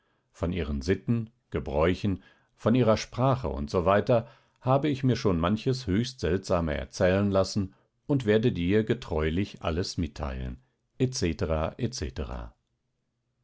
von ihren sitten gebräuchen von ihrer sprache u s w habe ich mir schon manches höchst seltsame erzählen lassen und werde dir getreulich alles mitteilen